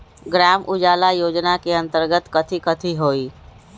ग्राम उजाला योजना के अंतर्गत कथी कथी होई?